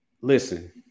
Listen